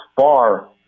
far